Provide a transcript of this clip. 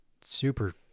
super